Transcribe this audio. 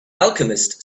alchemist